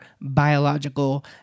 biological